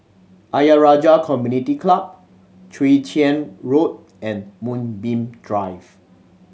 Ayer Rajah Community Club Chwee Chian Road and Moonbeam Drive